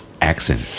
accent